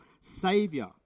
Savior